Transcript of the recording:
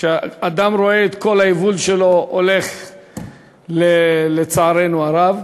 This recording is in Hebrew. כשאדם רואה את כל היבול שלו הולך, לצערנו הרב.